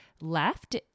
left